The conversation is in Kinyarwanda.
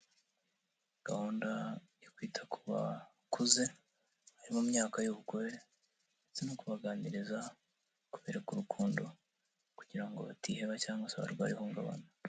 Gahunda yo kwita ku bakuze, bari mu myaka y'ubukure ndetse no kubaganiriza, kubereka urukundo kugira ngo batiheba cyangwa se barware ihungabana.